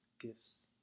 gifts